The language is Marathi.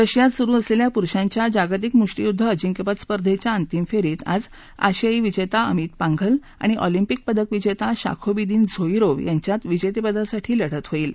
रशियात सुरु असलेल्या पुरुषांच्या जागतिक मुष्ठीयुद्ध अजिंक्यपद स्पर्धेच्या अंतिम फेरीत आज आशियाई विजेता अमित पांघल आणि ऑलिम्पिक पदक विजेता शाखोबिदीन झोजिव यांच्यात विजेतेपदासाठी लढत होईल